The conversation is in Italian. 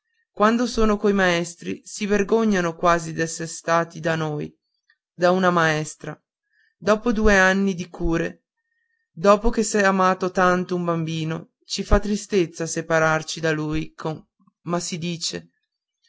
quando sono coi maestri si vergognano quasi d'essere stati da noi da una maestra dopo due anni di cure dopo che s'è amato tanto un bambino ci fa tristezza separarci da lui ma si dice